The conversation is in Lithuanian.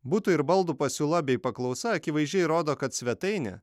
butų ir baldų pasiūla bei paklausa akivaizdžiai rodo kad svetainė